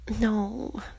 No